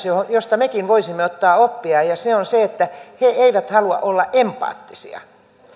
josta josta mekin voisimme ottaa oppia ja se on se että he eivät halua olla empaattisia